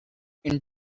into